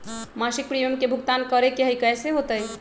मासिक प्रीमियम के भुगतान करे के हई कैसे होतई?